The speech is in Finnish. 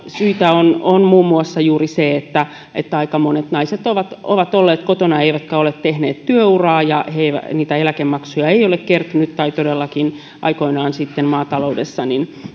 syitä on on muun muassa juuri se että että aika monet naiset ovat ovat olleet kotona eivätkä ole tehneet työuraa ja niitä eläkemaksuja ei ole kertynyt tai todellakaan aikoinaan myöskään maataloudessa